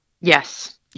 Yes